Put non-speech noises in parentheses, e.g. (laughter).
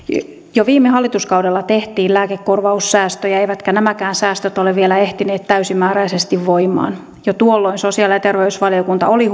jo viime hallituskaudella tehtiin lääkekorvaussäästöjä eivätkä nämäkään säästöt ole vielä ehtineet täysimääräisesti voimaan jo tuolloin sosiaali ja ja terveysvaliokunta oli (unintelligible)